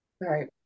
Right